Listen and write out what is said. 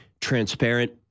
transparent